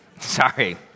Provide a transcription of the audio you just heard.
sorry